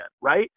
right